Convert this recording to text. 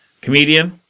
comedian